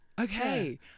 Okay